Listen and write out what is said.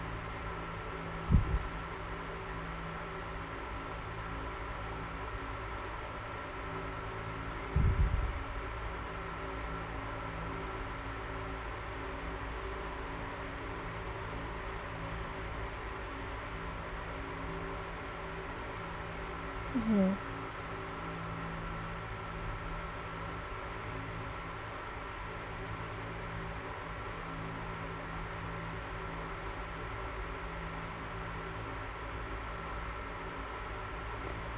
mmhmm